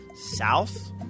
south